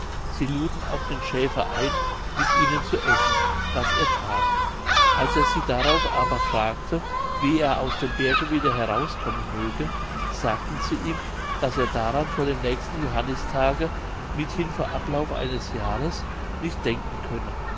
sie luden auch den schäfer ein mit ihnen zu essen was er that als er sie darauf aber fragte wie er aus dem berge wieder herauskommen möge sagten sie ihm daß er daran vor dem nächsten johannistage mithin vor ablauf eines jahrs nicht denken könne